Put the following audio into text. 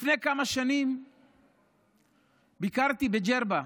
לפני כמה שנים ביקרתי בג'רבה,